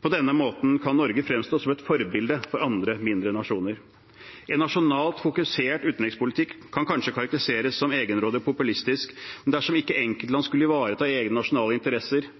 På denne måten kan Norge fremstå som et forbilde for andre mindre nasjoner. En nasjonalt fokusert utenrikspolitikk kan kanskje karakteriseres som egenrådig og populistisk. Men dersom ikke enkeltland skulle ivareta egne nasjonale interesser,